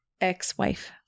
ex-wife